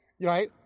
right